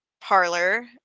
parlor